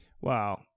Wow